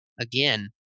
again